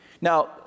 Now